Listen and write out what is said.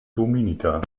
dominica